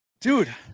Dude